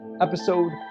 episode